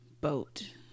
boat